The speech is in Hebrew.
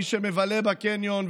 מי שמבלה בקניון,